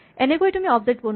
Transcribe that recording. এনেকৈয়ে তুমি অবজেক্ট বনোৱা